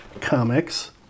Comics